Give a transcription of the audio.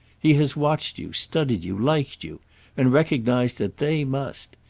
he has watched you, studied you, liked you and recognised that they must.